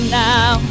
now